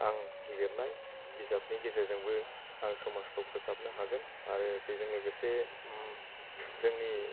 आं लिरनाय बिजाबनि गेजेरजोंबो आं समाजखौ फोसाबनो हागोन आरो बेजों लोगोसे जोंनि